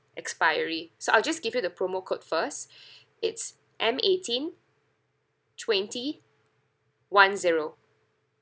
expiry so I'll just give you the promo code first it's M eighteen twenty one zero